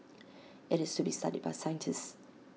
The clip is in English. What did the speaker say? IT is to be studied by scientists